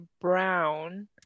brown